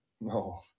No